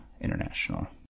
International